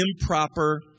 improper